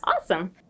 Awesome